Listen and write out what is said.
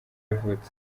yavutse